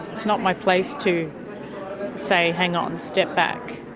it's not my place to say, hang on, step back.